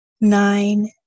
nine